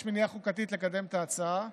יש מניעה חוקתית לקדם את ההצעה.